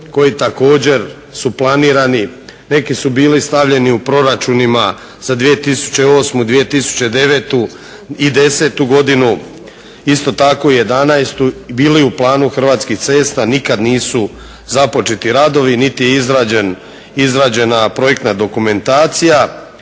koji također su planirani, neki su bili stavljeni u proračunima za 2008., 2009. i 2010. godinu, isto tako i 2011. i bili u planu Hrvatskih cesta a nikad nisu započeti radovi niti je izrađena projektna dokumentacija.